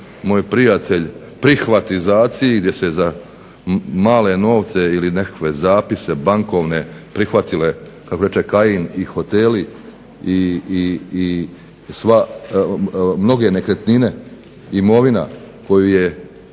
moj prijatelj "prihvatizaciji" gdje se za male novce ili nekakve zapise bankovne prihvatile kako reče Kajin i hoteli i mnoge nekretnine, imovina koju je